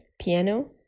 piano